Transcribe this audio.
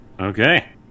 Okay